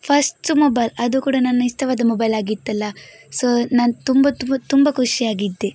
first mobile ಅದು ಕೂಡ ನನ್ನ ಇಷ್ಟವಾದ ಮೊಬೈಲ್ ಆಗಿತ್ತಲ್ಲ ಸೊ ನಾನು ತುಂಬ ತುಂಬ ತುಂಬ ಖುಷಿಯಾಗಿದ್ದೆ